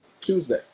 Tuesday